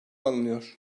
anılıyor